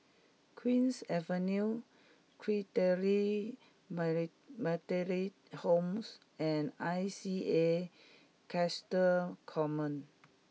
Queen's Avenue Christalite Methodist Home and I C A Coastal Command